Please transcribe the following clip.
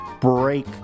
break